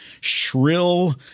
shrill